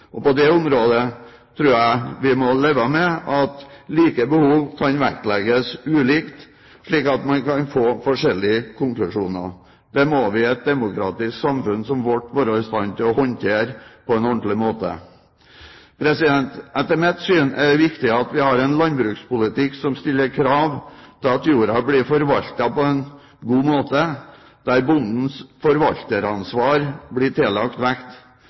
handlingsrom. På det området tror jeg vi må leve med at like behov kan vektlegges ulikt, slik at man kan få forskjellige konklusjoner. Det må vi i et demokratisk samfunn som vårt være i stand til å håndtere på en ordentlig måte. Etter mitt syn er det viktig at vi har en landbrukspolitikk som stiller krav til at jorda blir forvaltet på en god måte, der bondens forvalteransvar blir tillagt vekt.